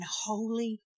holy